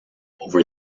over